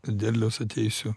derliaus ateisiu